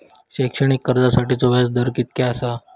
शैक्षणिक कर्जासाठीचो व्याज दर कितक्या आसा?